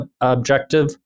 objective